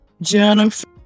Jennifer